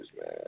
man